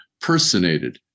personated